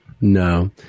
No